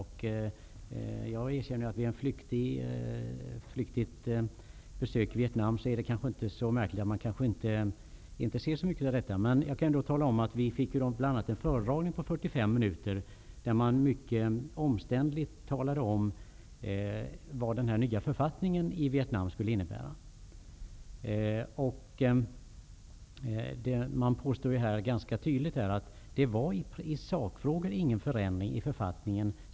Vid ett flyktigt besök i Vietnam är det kanske inte så märkligt att man inte ser så mycket av detta. Vi fick bl.a. en föredragning på 45 minuter där man mycket omständligt talade om vad den nya författningen i Vietnam skulle innebära. Man sade ganska tydligt att det ur demokratisynpunkt inte var någon förändring i sak i författningen.